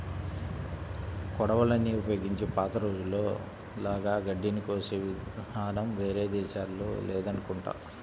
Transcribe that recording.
కొడవళ్ళని ఉపయోగించి పాత రోజుల్లో లాగా గడ్డిని కోసే ఇదానం వేరే దేశాల్లో లేదనుకుంటా